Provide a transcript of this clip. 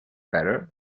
better